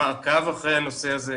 מעקב אחרי הנושא הזה.